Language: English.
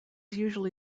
usually